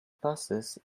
passes